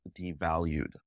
devalued